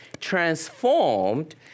transformed